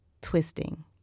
twisting